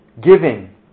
Giving